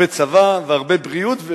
הרבה צבא והרבה בריאות,